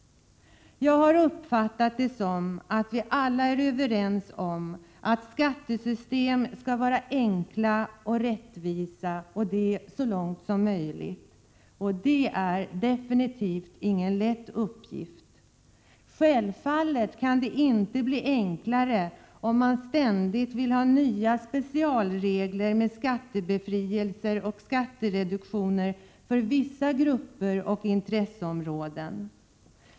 Jag har uppfattat det så att vi alla är överens om att skattesystem skall vara så enkla och rättvisa som möjligt. Det är definitivt ingen lätt uppgift att åstadkomma det. Självfallet kan det inte bli enklare, om man ständigt vill ha nya specialregler med skattebefrielse eller skattereduktion för vissa grupper och intresseområden.